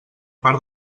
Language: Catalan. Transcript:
part